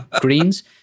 greens